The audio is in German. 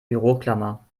büroklammer